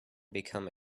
become